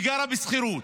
היא גרה בשכירות,